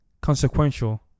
consequential